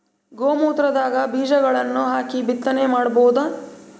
ಗೋ ಮೂತ್ರದಾಗ ಬೀಜಗಳನ್ನು ಹಾಕಿ ಬಿತ್ತನೆ ಮಾಡಬೋದ?